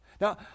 Now